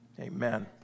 amen